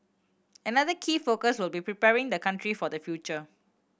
another key focus will be preparing the country for the future